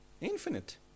Infinite